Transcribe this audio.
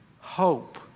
hope